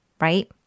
right